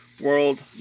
world